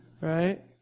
Right